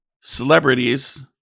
celebrities